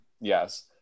yes